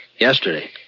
Yesterday